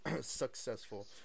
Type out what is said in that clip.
successful